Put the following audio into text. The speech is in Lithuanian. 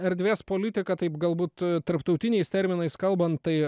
erdvės politiką taip galbūt tarptautiniais terminais kalbant tai